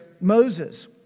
Moses